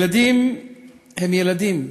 ילדים הם ילדים,